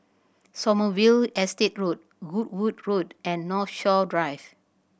Sommerville Estate Road Goodwood Road and Northshore Drive